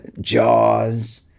Jaws